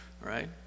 Right